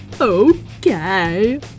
okay